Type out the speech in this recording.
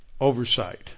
oversight